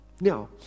Now